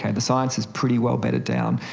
kind of science is pretty well bedded down,